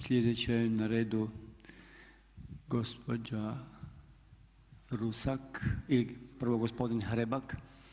Sljedeća je na redu gospođa Rusak, ili prvo gospodin Hrebak?